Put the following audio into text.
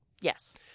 Yes